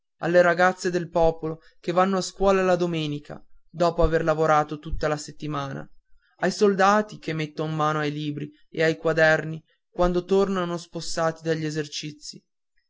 alle ragazze del popolo che vanno a scuola la domenica dopo aver lavorato tutta la settimana ai soldati che metton mano ai libri e ai quaderni quando tornano spossati dagli esercizi